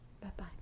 Bye-bye